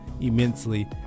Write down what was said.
immensely